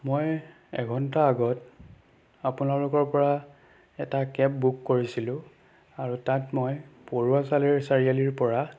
মই এঘণ্টা আগত আপোনালোকৰ পৰা এটা কেব বুক কৰিছিলোঁ আৰু তাত মই পৰুৱা চালি চাৰিআলিৰ পৰা